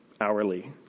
hourly